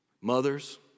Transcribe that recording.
Mothers